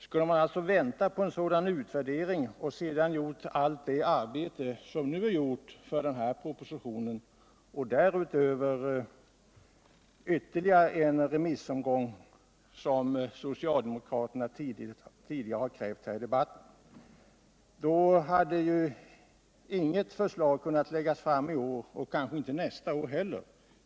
Skulle man alltså ha väntat på en utvärdering av detta försök och därefter gjort allt det arbete som nu är utfört för den här propositionen och därutöver genomfört ytterligare en remissomgång, vilket socialdemokraterna udigare har krävt här i debatten? Då hade ju inget förslag kunnat läggas fram i år och kanske inte nästa år heller.